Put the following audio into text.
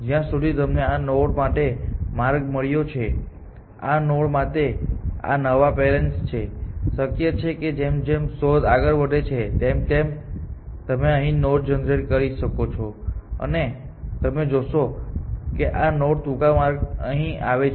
જ્યાં સુધી તમને આ નોડ માટે માર્ગ મળ્યો છે આ નોડ માટે આ નવા પેરેન્ટ્સ છે શક્ય છે કે જેમ જેમ શોધ આગળ વધે છે તેમ તેમ તમે અહીં નોડ જનરેટ કરી શકો છો અને તમે જોશો કે આ નોડના ટૂંકા માર્ગો અહીં થી આવે છે